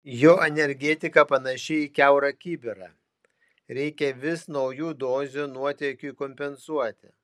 jo energetika panaši į kiaurą kibirą reikia vis naujų dozių nuotėkiui kompensuoti